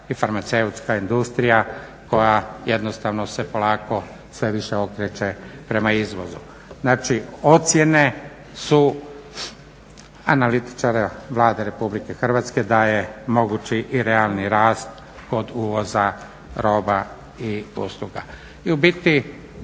i farmaceutska industrija koja jednostavno se polako sve više okreće prema izvozu. Znači, ocjene su analitičara Vlade RH da je mogući i realni rast kod uvoza roba i usluga.